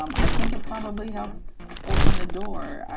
um i think it probably helped open the door.